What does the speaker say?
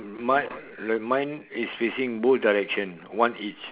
mine like mine is facing both direction one each